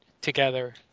together